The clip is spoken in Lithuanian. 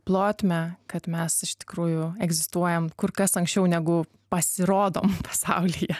plotmę kad mes iš tikrųjų egzistuojam kur kas anksčiau negu pasirodom pasaulyje